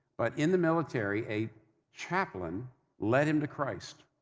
but in the military, a chaplain led him to christ.